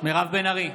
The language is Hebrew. מירב בן ארי,